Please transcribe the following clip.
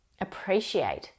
appreciate